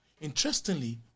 Interestingly